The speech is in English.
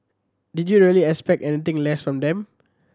did you really expect anything less from them